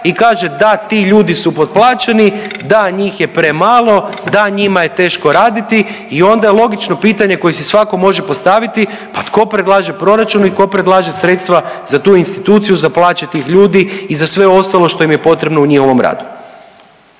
i kaže da ti ljudi su potplaćeni, da njih je premalo, da njima je teško raditi. I onda je logično pitanje koje si svatko može postaviti, pa tko predlaže proračun i tko predlaže sredstva za tu instituciju za plaće tih ljudi i za sve ostalo što im je potrebno u njihovom radu?